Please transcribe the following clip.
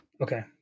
Okay